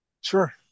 Sure